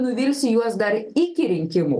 nuvilsiu juos dar iki rinkimų